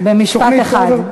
במשפט אחד.